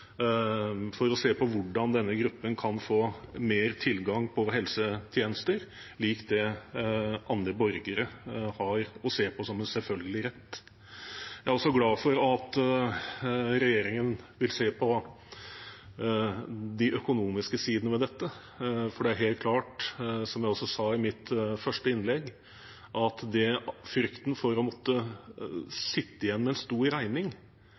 for å se på hvordan denne gruppen kan få bedre tilgang på helsetjenester, lik den som andre borgere har og ser på som en selvfølgelig rett. Jeg er også glad for at regjeringen vil se på de økonomiske sidene ved dette, for det er helt klart, som jeg også sa i mitt første innlegg, at frykten for å måtte sitte igjen med en stor regning